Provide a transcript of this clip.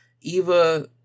Eva